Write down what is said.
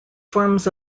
forms